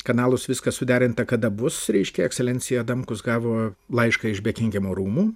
kanalus viskas suderinta kada bus reiškia ekscelencija adamkus gavo laišką iš bekingemo rūmų